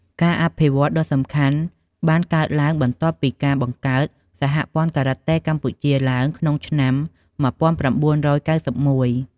ការអភិវឌ្ឍន៍ដ៏សំខាន់បានកើតឡើងបន្ទាប់ពីការបង្កើត សហព័ន្ធការ៉ាតេកម្ពុជា ឡើងក្នុងឆ្នាំ ១៩៩១។